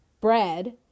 bread